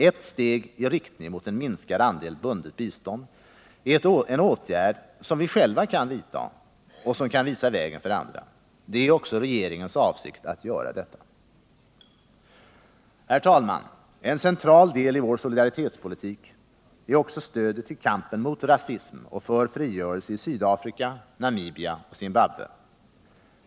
Ett steg i riktning mot en minskad andel bundet bistånd är en åtgärd som vi själva kan vidta och som kan visa vägen för andra. Det är regeringens avsikt att göra detta. Herr talman! En central del i vår solidaritetspolitik är också stödet till kampen mot rasism och för frigörelse i Sydafrika, Namibia och Zimbabwe.